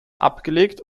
abgelegt